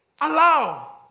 Allow